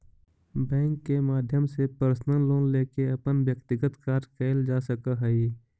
bank के माध्यम से पर्सनल लोन लेके अपन व्यक्तिगत कार्य कैल जा सकऽ हइ